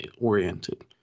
oriented